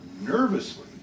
nervously